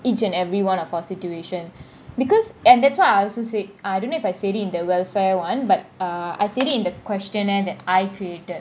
each and everyone of our situation because and that's why I also said I don't if I said in the welfare [one] but uh I said it in the questionnaire that I created